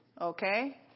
Okay